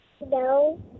No